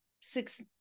six